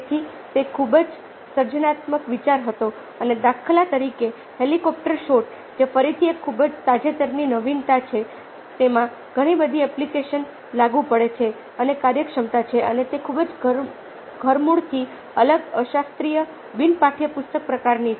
તેથી તે ખૂબ જ સર્જનાત્મક વિચાર હતો અને દાખલા તરીકે હેલિકોપ્ટર શોટ જે ફરીથી એક ખૂબ જ તાજેતરની નવીનતા છે તેમાં ઘણી બધી એપ્લિકેશન લાગુ પડે છે અને કાર્યક્ષમતા છે અને તે ખૂબ જ ધરમૂળથી અલગ અશાસ્ત્રીય બિન પાઠયપુસ્તક પ્રકારની છે